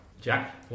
Jack